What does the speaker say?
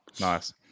nice